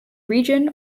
region